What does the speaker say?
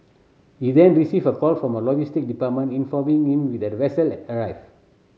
he then received a call from logistic department informing him that a vessel had arrived